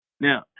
Now